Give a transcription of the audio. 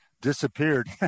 disappeared